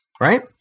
right